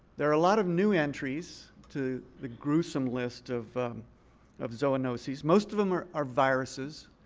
there are a lot of new entries to the gruesome list of of zoonosis. most of them are are viruses.